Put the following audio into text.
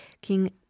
King